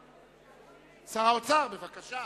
בבקשה.